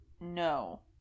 no